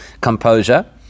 composure